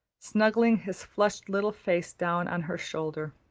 snuggling his flushed little face down on her shoulder.